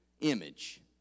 image